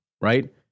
Right